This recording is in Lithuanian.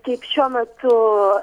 kiek šiuo metu